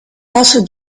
also